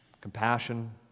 compassion